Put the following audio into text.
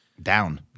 down